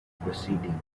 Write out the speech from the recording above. proceeding